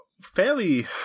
fairly